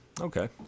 Okay